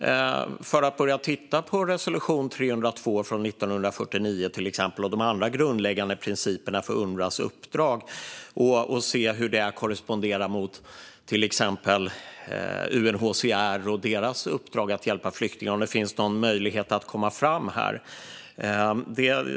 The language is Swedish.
Är man beredd att börja titta på resolution 302 från 1949, till exempel, och de andra grundläggande principerna för Unrwas uppdrag och se hur det korresponderar mot till exempel UNHCR och deras uppdrag att hjälpa flyktingar? Finns det någon möjlighet att komma fram här?